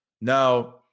Now